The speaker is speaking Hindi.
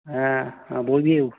हाँ हाँ बोलिए